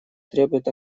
требует